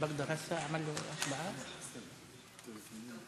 ההצעה להעביר את הנושא לוועדת הכלכלה נתקבלה.